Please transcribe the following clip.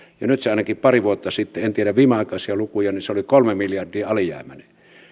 ja nyt se ainakin pari vuotta sitten en tiedä viimeaikaisia lukuja oli kolme miljardia alijäämäinen